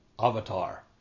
avatar